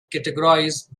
categorized